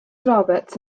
roberts